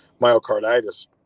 myocarditis